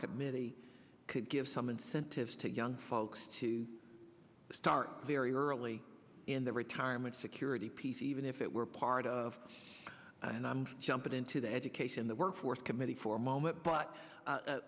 committee could give some incentives to young folks to start very early in the retirement security piece even if it were part of and i jump into the education the workforce committee for a moment but